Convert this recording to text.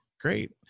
Great